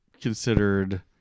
considered